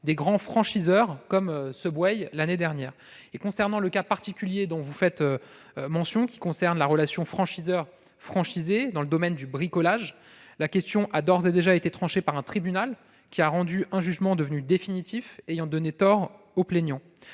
de Paris, comme Subway l'année dernière. Concernant le cas particulier auquel vous faites allusion et qui concerne la relation franchiseur-franchisé dans le domaine du bricolage, la question a d'ores et déjà été tranchée par un tribunal qui a rendu un jugement, devenu définitif, ayant donné tort aux plaignants.